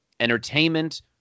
Entertainment